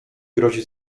grozi